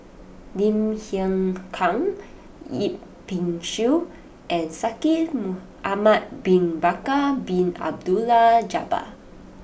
Lim Hng Kiang Yip Pin Xiu and Shaikh Ahmad Bin Bakar Bin Abdullah Jabbar